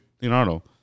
Leonardo